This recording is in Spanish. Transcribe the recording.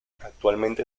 actualmente